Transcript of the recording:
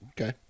Okay